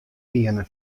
wiene